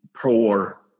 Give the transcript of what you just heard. poor